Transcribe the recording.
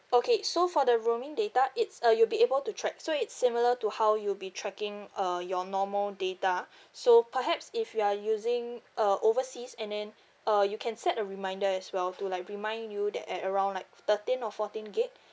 okay so for the roaming data it's uh you'll be able to track so it's similar to how you be tracking uh your normal data so perhaps if you are using uh overseas and then uh you can set a reminder as well to like remind you that at around like thirteen or fourteen gigabyte